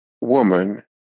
woman